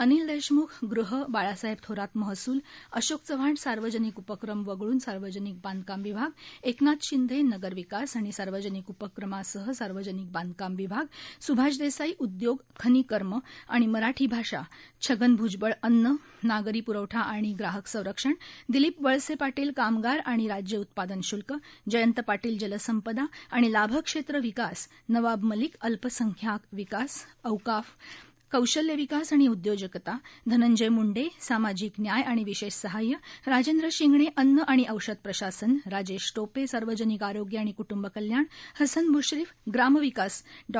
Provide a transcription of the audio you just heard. अनिल देशमुख ग़ह बाळासाहेब थोरात महसुल अशोक चव्हाण सार्वजनिक उपक्रम वगळून सार्वजनिक बांधकाम विभाग एकनाथ शिंदे नगरविकास आणि सार्वजनिक उपक्रमासह सार्वजनिक बांधकाम विभाग सुभाष देसाई उद्योग खनीकर्म आणि मराठी भाषा छगन भूजबळ अन्न नागरी प्रवठा आणि ग्राहक संरक्षण दिलीप वळसे पाटील कामगार आणि राज्य उत्पादन शल्क जयंत पाटील जलसंपदा आणि लाभक्षेत्र विकास नवाब मलिक अल्पसंख्याक विकास औकाफ कौशल्य विकास आणि उदयोजकता धनंजय मुंडे सामाजिक न्याय आणि विशेष सहाय्य राजेंद्र शिंगणे अन्न आणि औषध प्रशासन राजेश टोपे सार्वजनिक आरोग्य आणि क्टुंब कल्याण हसन मुश्रीफ ग्राम विकास डॉ